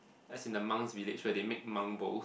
as in the monks' village where they make monk bowls